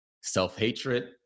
self-hatred